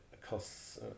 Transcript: costs